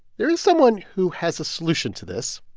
there is someone who has a solution to this.